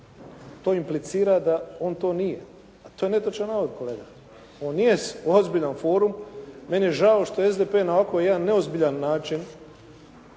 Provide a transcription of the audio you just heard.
To implicira da on to nije. To je netočan navod. On jest ozbiljan forum. Meni je žao što SDP na ovako jedan neozbiljan način